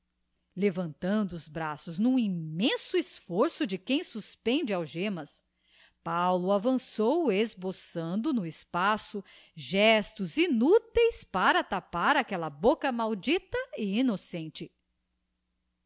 levantando os braços n'um immenso esforço de quem suspende algemas paulo avançou esboçando no espaço gestos inúteis para tapar aquella bocca maldita e innocente